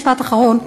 משפט אחרון ממש.